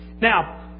Now